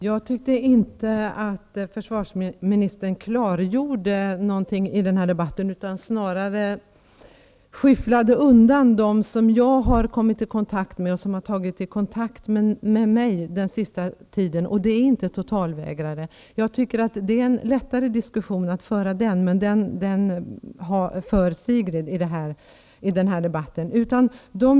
Herr talman! Jag tycker inte att försvarsministern har klargjort någonting i den här debatten. Snarare skyfflade han undan problemen för dem som jag den senaste tiden har kommit i kontakt med. Det rör sig inte om totalvägrare. Den diskussionen är lättare, men den för Sigrid Bolkéus i den här debatten.